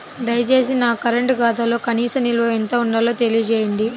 దయచేసి నా కరెంటు ఖాతాలో కనీస నిల్వ ఎంత ఉండాలో తెలియజేయండి